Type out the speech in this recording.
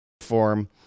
Form